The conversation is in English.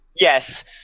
Yes